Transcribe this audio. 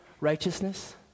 righteousness